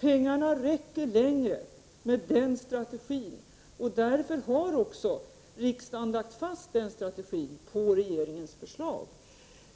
Pengarna räcker längre med den strategin, och därför har också riksdagen lagt fast den strategin på regeringens förslag.